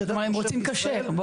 הם רוצים כשר.